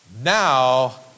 Now